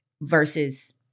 versus